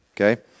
okay